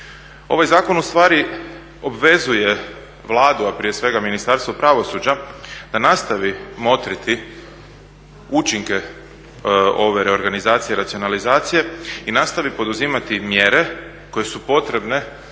Ovaj zakon ustvari obvezuje Vladu, a prije svega Ministarstvo pravosuđa da nastavi motriti učinke ove reorganizacije i racionalizacije i nastavi poduzimati mjere koje su potrebne